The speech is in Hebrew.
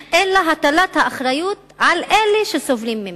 אלא הטלת האחריות על אלה שסובלים ממנה.